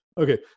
okay